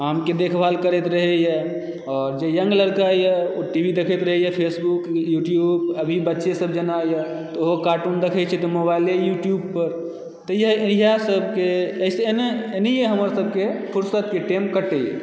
आमके देखभाल करैत रहैए आओर जे यंग लड़काए ओ टीवी देखैत रहैए फेसबुक यूट्यूब अभी बच्चेसभ जेना यऽ तऽ ओहो कार्टुन देखैत छै तऽ मोबाइले यूट्यूब पर तऽ इएहसभकेँ एहिसँ एनाहिये हमर सभकेँ फुर्सतके टाइम कटैए